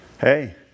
Hey